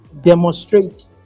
demonstrate